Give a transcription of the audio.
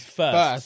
first